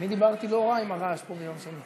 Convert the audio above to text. אני דיברתי לא רע עם הרעש פה ביום שני.